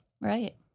Right